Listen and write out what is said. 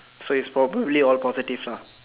so it's probably all positive stuff